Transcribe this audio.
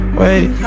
wait